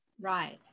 right